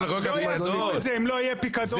לא יאספו את זה אם לא יהיה פיקדון,